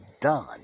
done